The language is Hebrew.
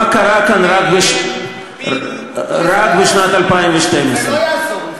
מה קרה כאן רק בשנת 2012. זה לא יעזור לך.